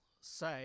say